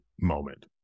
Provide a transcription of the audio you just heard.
moment